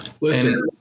Listen